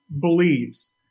believes